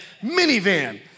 minivan